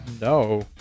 no